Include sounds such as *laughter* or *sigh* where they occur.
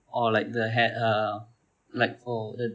oh like the hat ah like for the *noise*